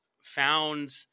found